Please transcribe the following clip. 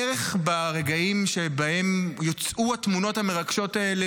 בערך ברגעים שבהם יצאו התמונות המרגשות האלה